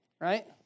right